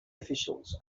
officials